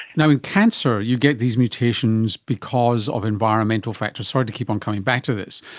and in cancer, you get these mutations because of environmental factors, sorry to keep on coming back to this.